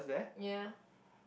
ya